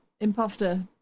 imposter